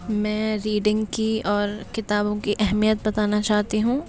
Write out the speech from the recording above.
میں ریڈینگ کی اور کتابوں کی اہمیت بتانا چاہتی ہوں